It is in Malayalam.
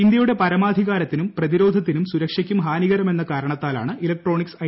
ഇന്ത്യയുടെ പരമാധിക്കാർത്തിനും പ്രതിരോധത്തിനും സുരക്ഷയ്ക്കും ഹാനികരമെന്ന ക്ടൂരണ്ത്താലാണ് ഇലക്ട്രോണിക്സ് ഐ